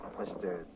Mr